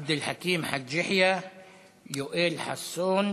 עבד אל חכים חאג' יחיא, יואל חסון,